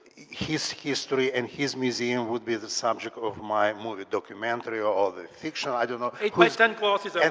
his history and his museum would be the subject of my movie documentary or ah the fiction. i don't know. eight by ten glossies, and